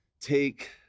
take